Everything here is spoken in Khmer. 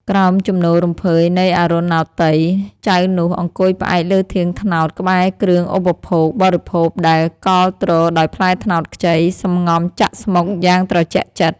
ក្រោមជំនោររំភើយនៃអរុណោទ័យ ចៅនោះអង្គុយផ្អែកលើធាងត្នោតក្បែរគ្រឿងឧបភោគ បរិភោគដែលកល់ទ្រដោយផ្លែត្នោតខ្ចី សំងំចាក់ស្មុគយ៉ាងត្រជាក់ចិត្ត។